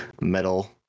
metal